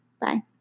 Bye